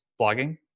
blogging